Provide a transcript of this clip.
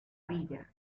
villa